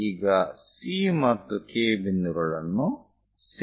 ಈಗ C ಮತ್ತು K ಬಿಂದುಗಳನ್ನು ಸೇರಿಸಿ